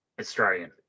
Australian